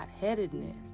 headedness